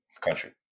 country